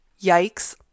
Yikes